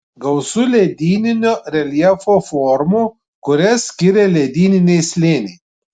gausu ledyninio reljefo formų kurias skiria ledyniniai slėniai